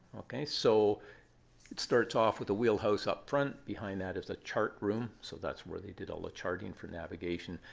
ok? so it starts off with the wheelhouse up front. behind that is a chart room. so that's where they did all the ah charting for navigation.